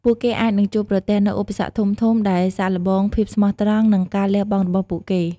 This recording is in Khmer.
ពួកគេអាចនឹងជួបប្រទះនូវ ឧបសគ្គធំៗ ដែលសាកល្បងភាពស្មោះត្រង់ និងការលះបង់របស់ពួកគេ។